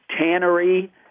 Tannery